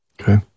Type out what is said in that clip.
okay